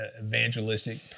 evangelistic